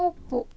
ಒಪ್ಪು